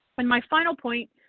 and my final point,